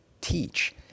teach